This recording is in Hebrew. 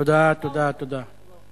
תודה, תודה, תודה.